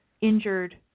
injured